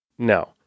Now